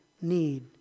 need